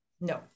No